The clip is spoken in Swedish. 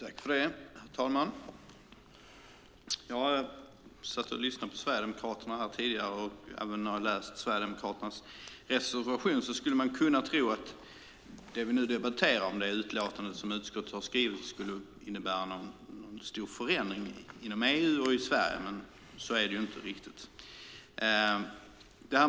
Herr talman! Jag satt och lyssnade på Sverigedemokraterna här tidigare, och jag har även läst deras reservation. Av vad de säger skulle man kunna tro att det vi nu debatterar om det utlåtande som utskottet har skrivit skulle innebära någon stor förändring inom EU och i Sverige. Men så är det inte riktigt.